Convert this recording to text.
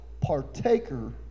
partaker